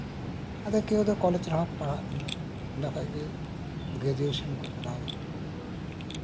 ᱟᱫᱚ ᱠᱮᱣ ᱫᱚ ᱠᱚᱞᱮᱡᱽ ᱨᱮᱦᱚᱸ ᱠᱚ ᱯᱟᱲᱦᱟᱜ ᱠᱟᱱᱟ ᱚᱸᱰᱮ ᱠᱷᱚᱱᱜᱮ ᱜᱨᱮᱡᱩᱭᱮᱥᱚᱱ ᱠᱚ ᱠᱚᱨᱟᱣᱫᱟ